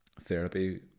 therapy